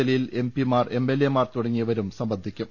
ജലീൽ എംപിമാർ എംഎൽഎമാർ തുടങ്ങിയവരും സംബന്ധിക്കും